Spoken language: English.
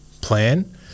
plan